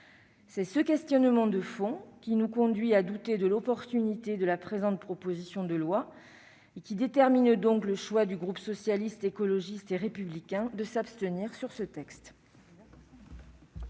C'est ce questionnement de fond qui nous conduit à douter de l'opportunité de cette proposition de loi et qui détermine le choix du groupe Socialiste, Écologiste et Républicain de s'abstenir. La parole